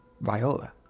Viola